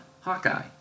Hawkeye